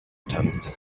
getanzt